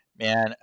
man